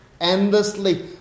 endlessly